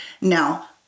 Now